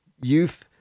youth